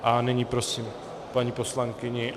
A nyní prosím paní poslankyni.